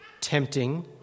tempting